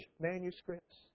manuscripts